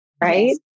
right